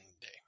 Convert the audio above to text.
day